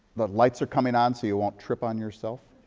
the lights are coming on so you won't trip on yourself.